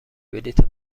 بلیط